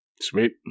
Sweet